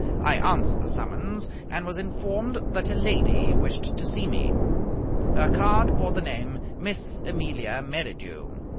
i answered the summons, and was informed that a lady wished to see me. her card bore the name miss amelia merridew.